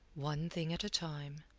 one thing at a time.